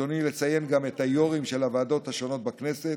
ברצוני לציין גם את היו"רים של הוועדות השונות בכנסת